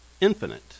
infinite